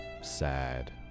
sad